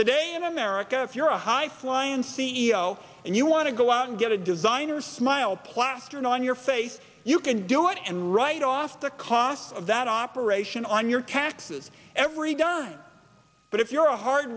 today in america if you're a high flying c e o and you want to go out and get a designer smile plastered on your face you can do it and write off the cost of that operation on your taxes every dime but if you're a hard